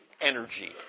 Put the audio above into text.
energy